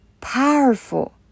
powerful